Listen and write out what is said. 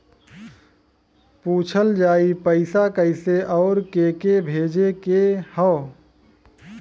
पूछल जाई पइसा कैसे अउर के के भेजे के हौ